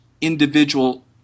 individual